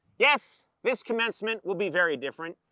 yes, this commencement will be very different.